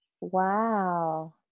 Wow